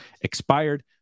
expired